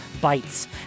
bites